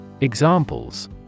Examples